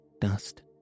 dust